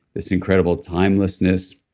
this incredible timelessness,